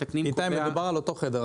מדובר על אותו חדר.